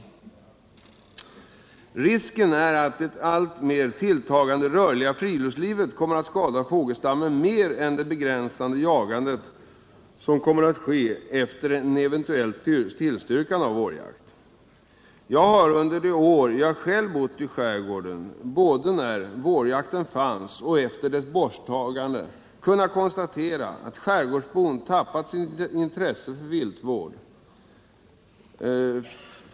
Det finns risk för att det alltmer tilltagande rörliga friluftslivet kommer att skada fågelstammen mer än det begränsade jagande som kommer att ske efter ett eventuellt beslut om vårjakt. Jag har under de år jag själv bott i skärgården, både när vårjakt fanns och efter dess borttagande, kunnat konstatera att skärgårdsbon tappat sitt intresse för viltvård.